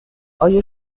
آیا